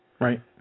Right